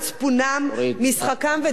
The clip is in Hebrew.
משחקם ודוגמניותם.